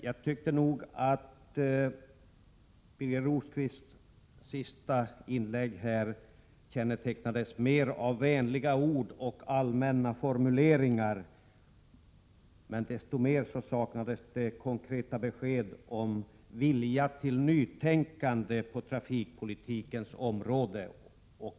Jag tyckte dock att Birger Rosqvists senaste inlägg kännetecknades mer av vänliga ord och allmänna formuleringar än av konkreta besked och vilja till nytänkande på trafikpolitikens område.